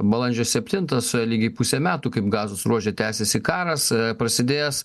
balandžio septintą suėjo lygiai puse metų kaip gazos ruože tęsiasi karas prasidėjęs